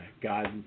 God